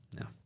No